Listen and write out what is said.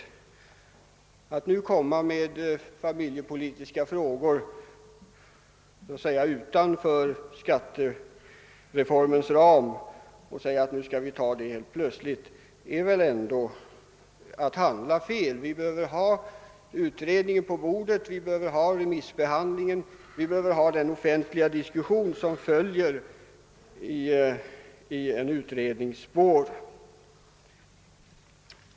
Att nu ta upp familjepolitiska frågor så att säga utanför skattereformens ram är väl ändå att handla fel. Vi behöver se de förslag som utredningen kommer att lägga fram, vi behöver se remissvaren, vi behöver ha den offentliga diskussion som följer i en utrednings spår.